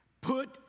Put